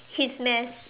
his mess